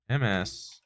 MS